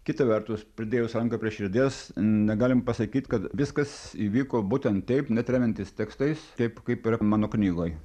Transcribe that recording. kita vertus pridėjus ranką prie širdies negalim pasakyt kad viskas įvyko būtent taip net remiantis tekstais kaip kaip mano knygoj